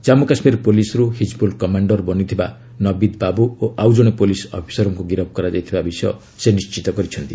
ଜନ୍ମୁ କାଶ୍ମୀର ପୁଲିସ୍ରୁ ହିକିବୁଲ୍ କମାଣ୍ଡର ବନିଥିବା ନବିଦ୍ ବାବୁ ଓ ଆଉ ଜଣେ ପୁଲିସ୍ ଅଫିସରଙ୍କୁ ଗିରଫ କରାଯାଇଥିବା ବିଷୟ ସେ ନିଶ୍ଚିତ କରିଛନ୍ତି